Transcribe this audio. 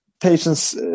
patients